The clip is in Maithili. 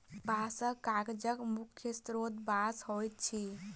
बँसहा कागजक मुख्य स्रोत बाँस होइत अछि